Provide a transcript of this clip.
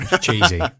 cheesy